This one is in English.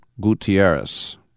Gutierrez